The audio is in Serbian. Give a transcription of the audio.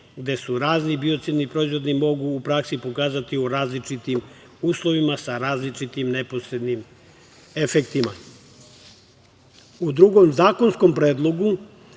gde razni biocidni proizvodi u praksi mogu se pokazati u različitim uslovima sa različitim neposrednim efektima.U drugom zakonskom predlogu